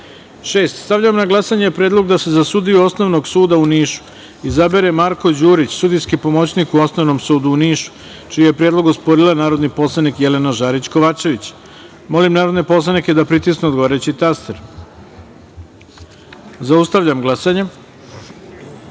Stavljam na glasanje predlog da se za sudiju Osnovnog suda u Nišu izabere Marko Đurić, sudijski pomoćnik u Osnovnom sudu u Nišu, čiji je predlog osporila narodni poslanik Jelena Žarić Kovačević. Molim narodne poslanike da pritisnu odgovarajući taster. Zaustavljam glasanje: